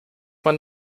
man